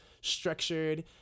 structured